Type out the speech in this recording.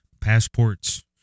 passports